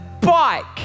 bike